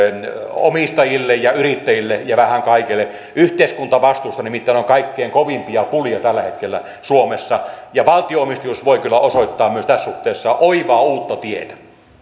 omistajille yrittäjille ja vähän kaikille yhteiskuntavastuusta nimittäin on kaikkien kovimpia pulia tällä hetkellä suomessa valtionomistajuus voi kyllä osoittaa myös tässä suhteessa oivaa uutta tietä